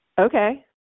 Okay